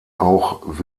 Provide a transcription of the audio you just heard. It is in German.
auch